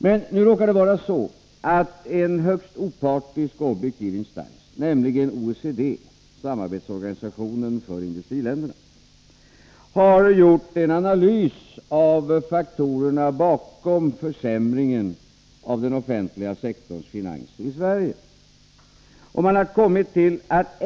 Men nu råkar det vara så, att en högst opartisk och objektiv instans, nämligen OECD, samarbetsorganisationen för industriländerna, har gjort en analys av faktorerna bakom försämringen av den offentliga sektorns finanser i Sverige.